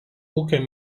ūkio